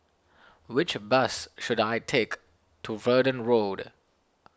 which bus should I take to Verdun Road